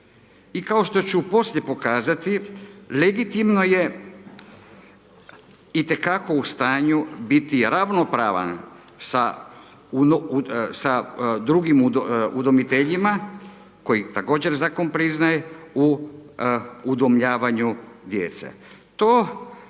i kao što ću poslije pokazati legitimno je itekako u stanju biti ravnopravan sa drugim udomiteljima koje također zakon priznaje u udomljavanju djece.